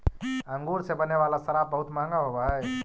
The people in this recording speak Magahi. अंगूर से बने वाला शराब बहुत मँहगा होवऽ हइ